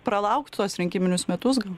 pralaukt tuos rinkiminius metus gal